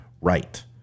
right